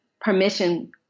permission